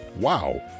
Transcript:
Wow